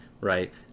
right